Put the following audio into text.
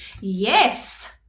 yes